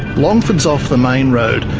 longford is off the main road,